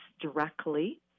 directly